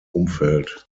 umfeld